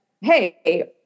Hey